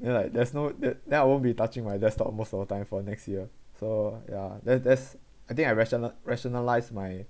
then like there's no then I won't be touching my desktop most of the time for next year so yeah there's there's I think I rational~ rationalised my